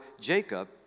Jacob